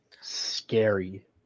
scary